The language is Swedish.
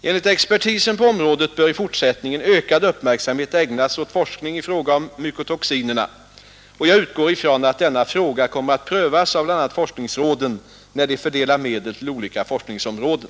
Enligt expertisen på området bör i fortsättningen ökad uppmärksamhet ägnas åt forskning i fråga om mycotoxinerna. Jag utgår ifrån att denna fråga kommer att prövas av bl.a. forskningsråden när de fördelar medel till olika forskningsområden.